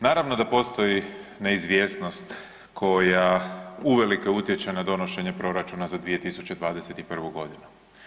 Naravno da postoji neizvjesnost koja uvelike utječe na donošenje Proračuna za 2021. godinu.